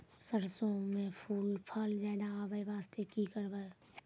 सरसों म फूल फल ज्यादा आबै बास्ते कि करबै?